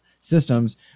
systems